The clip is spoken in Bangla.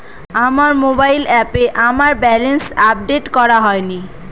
আমার মোবাইল অ্যাপে আমার ব্যালেন্স আপডেট করা হয়নি